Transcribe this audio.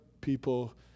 people